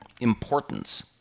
importance